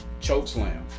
Chokeslam